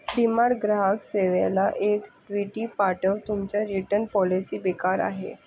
डीमार ग्राहक सेवेला एक ट्विटी पाठव तुमच्या रिटन पॉलिसी बेकार आहे